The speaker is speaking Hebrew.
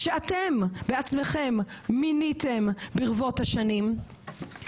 אתם בעצמכם מיניתם ברבות השנים.